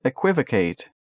Equivocate